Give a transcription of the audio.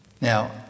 Now